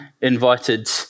invited